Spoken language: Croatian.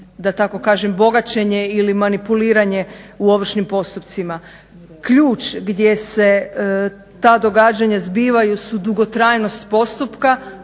da tako kažem bogaćenje ili manipuliranje u ovršnim postupcima. Ključ gdje se ta događanja zbivaju su dugotrajnost postupka,